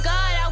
God